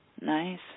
Nice